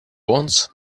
wants